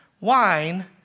Wine